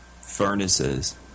furnaces